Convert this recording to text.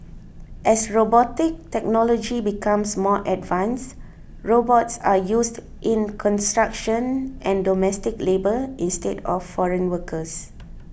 as robotic technology becomes more advanced robots are used in construction and domestic labour instead of foreign workers